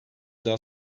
daha